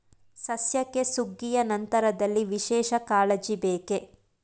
ಸಸ್ಯಕ್ಕೆ ಸುಗ್ಗಿಯ ನಂತರದಲ್ಲಿ ವಿಶೇಷ ಕಾಳಜಿ ಬೇಕೇ?